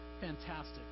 fantastic